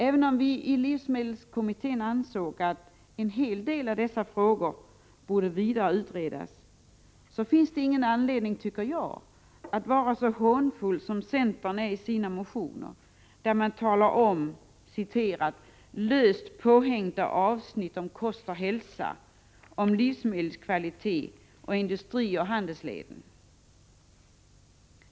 Även om vi i livsmedelskommittén ansåg att en hel del av dessa frågor borde vidare utredas, så finns det ingen anledning, tycker jag, att vara så hånfull som centern är i sina motioner, där man talar om löst påhängda avsnitt om kost och hälsa, om livsmedelskvalitet och industrioch handelsleden.